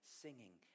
singing